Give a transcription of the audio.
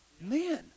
man